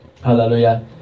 Hallelujah